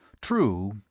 True